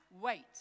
wait